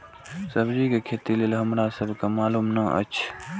सब्जी के खेती लेल हमरा सब के मालुम न एछ?